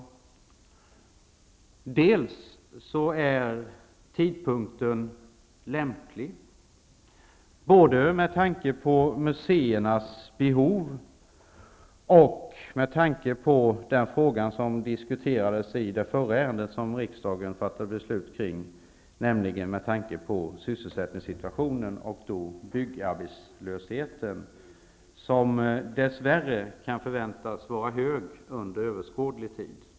Tidpunkten är lämplig, både med tanke på museernas behov och med tanke på den fråga som diskuterades i det förra ärendet, som riksdagen fattade beslut om, nämligen sysselsättningssituationen och byggarbetslösheten, som dess värre kan förväntas vara hög under överskådlig tid.